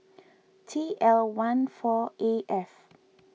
T L one four A F